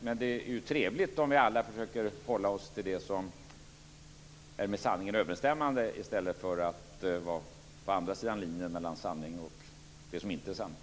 Men det är ju trevligt om vi alla försöker hålla oss till det som är med sanningen överensstämmande i stället för att vara på andra sidan linjen mellan sanning och det som inte är sanning.